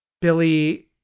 Billy